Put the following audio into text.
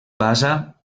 basa